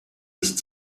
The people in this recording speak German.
ist